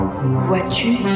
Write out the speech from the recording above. Vois-tu